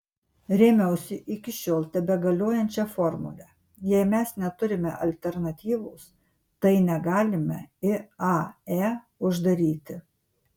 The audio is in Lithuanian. rėmiausi iki šiol tebegaliojančia formule jei mes neturime alternatyvos tai negalime iae uždaryti